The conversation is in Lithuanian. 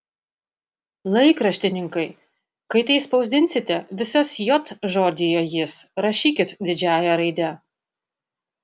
laikraštininkai kai tai spausdinsite visas j žodyje jis rašykit didžiąja raide